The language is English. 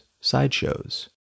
sideshows